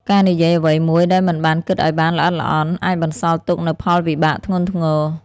ការនិយាយអ្វីមួយដោយមិនបានគិតឱ្យបានល្អិតល្អន់ អាចបន្សល់ទុកនូវផលវិបាកធ្ងន់ធ្ងរ។